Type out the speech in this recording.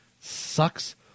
Sucks